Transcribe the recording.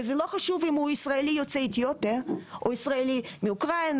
וזה לא חשוב אם הוא ישראלי יוצא אתיופיה או ישראלי מאוקראינה,